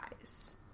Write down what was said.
eyes